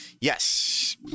Yes